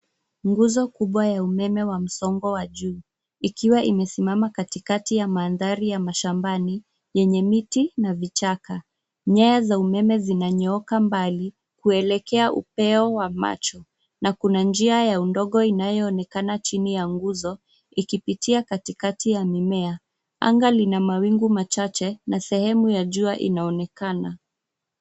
Nguzo kubwa ya umeme wa msongo wa juu ikiwa imesimama katikati ya mandhari ya mashambani yenye miti na vichaka, nyaya za umeme zinanyooka mbali kuelekea upeo wa macho na kuna njia ya udongo inayoonekana chini ya nguzo ikipitia katikati ya mimea anga lina mawingu machache na sehemu ya jua inaonekana.